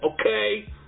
Okay